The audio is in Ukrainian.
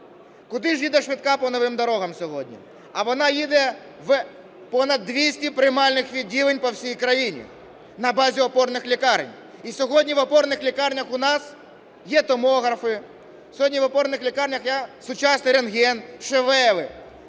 Куди ж їде швидка по новим дорогам сьогодні? А вона їде в понад 200 приймальних відділень по всій країні на базі опорних лікарень. І сьогодні в опорних лікарнях у нас є томограми, сьогодні в опорних лікарнях є сучасний рентген, ШВЛи